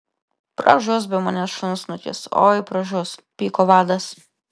pražus be manęs šunsnukis oi pražus pyko vadas